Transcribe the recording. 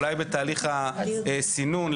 אולי בתהליך של הסינון.